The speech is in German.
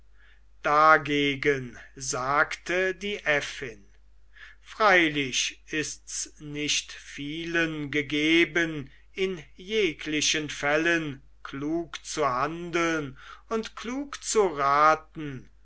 dagegen sagte die äffin freilich ists nicht vielen gegeben in jeglichen fällen klug zu handeln und klug zu raten